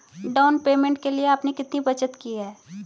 Down payment के लिए आपने कितनी बचत की है?